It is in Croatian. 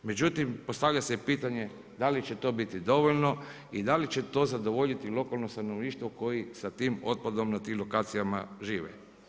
Međutim, postavlja se pitanje, da li će to biti dovoljno i da li će to zadovoljiti lokalno satništvo koji sa tim otpadom na tim lokacijama žive.